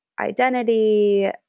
identity